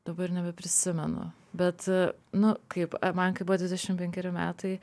dabar nebeprisimenu bet nu kaip man kai buvo dvidešim penkeri metai